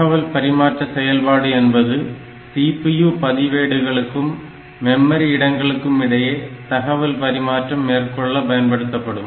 தகவல் பரிமாற்ற செயல்பாடு என்பது CPU பதிவேடுகளுக்கும் மெமரி இடங்களுக்கும் இடையே தகவல் பரிமாற்றம் மேற்கொள்ள பயன்படுத்தப்படும்